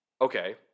Okay